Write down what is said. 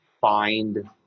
find